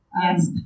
Yes